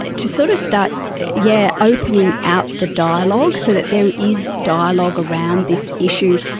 ah to so to start yeah opening out the dialogue so that there is dialogue around this issue.